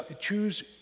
Choose